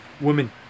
women